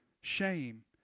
Shame